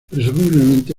presumiblemente